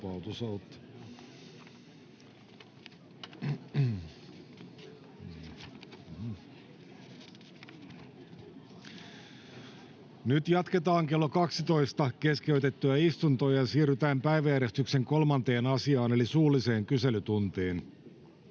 Nyt jatketaan kello 12 keskeytettyä istuntoa ja siirrytään päiväjärjestyksen 3. asiaan eli suulliseen kyselytuntiin.